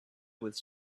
with